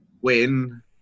win